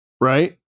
right